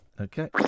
Okay